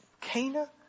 Cana